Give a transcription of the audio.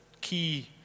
key